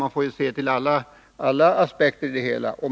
Man få se till alla aspekter.